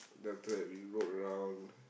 then after that we rode around